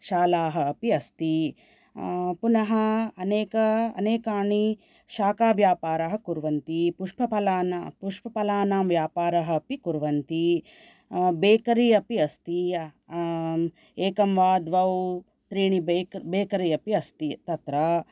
शालाः अपि अस्ति पुनः अनेक अनेकानि शाखाव्यापारः कुर्वन्ति पुष्पफलानां पुष्पफलानां व्यापारः अपि कुर्वन्ति बेकरि अपि अस्ति एकं वा द्वौ त्रीणि बेकरि अपि अस्ति तत्र